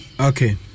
Okay